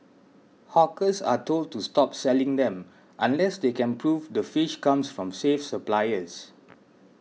hawkers are told to stop selling them unless they can prove the fish comes from safe suppliers